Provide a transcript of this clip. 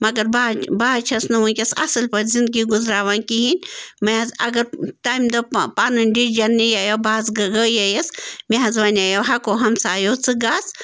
مگر بہٕ حظ بہٕ حظ چھَس نہٕ وٕنۍکٮ۪س اَصٕل پٲٹھۍ زِندگی گُزراوان کِہیٖنۍ مےٚ حظ اگر تَمہِ دۄہ پَنٕنۍ ڈِسجَن نِیییو بہٕ حظ گٔییس مےٚ حظ وَنییو حقو ہمسایو ژٕ گَژھ